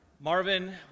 Marvin